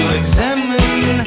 examine